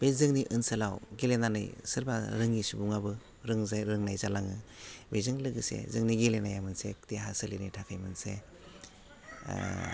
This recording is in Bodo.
बे जोंनि ओनसोलाव गेलेनानै सोरबा रोङि सुबुङाबो रों जाय रोंनाय जालाङो बेजों लोगोसे जोंनि गेलेनाया मोनसे देहा सोलेरनि थाखाय मोनसे ओह